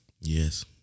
Yes